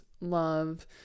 love